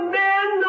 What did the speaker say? men